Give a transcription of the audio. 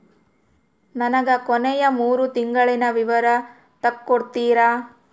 ನನಗ ಕೊನೆಯ ಮೂರು ತಿಂಗಳಿನ ವಿವರ ತಕ್ಕೊಡ್ತೇರಾ?